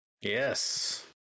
Yes